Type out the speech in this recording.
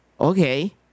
Okay